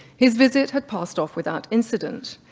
his visit had passed off without incident.